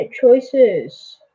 choices